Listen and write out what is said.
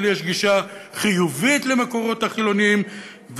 ולי יש גישה חיובית למקורות החילוניים,